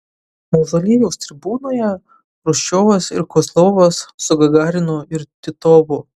mauzoliejaus tribūnoje chruščiovas ir kozlovas su gagarinu ir titovu